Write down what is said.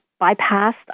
bypassed